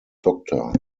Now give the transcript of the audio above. doctor